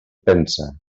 pensa